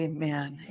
Amen